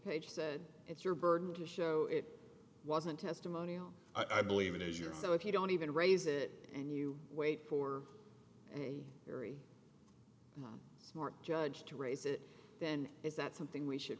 page said it's your burden to show it wasn't testimonial i believe it is your so if you don't even raise it and you wait for a very smart judge to raise it then is that something we should